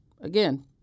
again